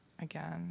Again